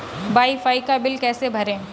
Wi fi का bill कैसे भरें?